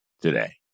today